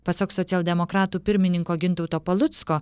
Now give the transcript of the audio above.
pasak socialdemokratų pirmininko gintauto palucko